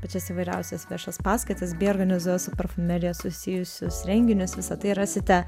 pačias įvairiausias viešas paskaitas bei organizuoja su parfumerija susijusius renginius visa tai rasite